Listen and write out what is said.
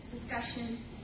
discussion